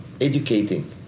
educating